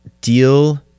deal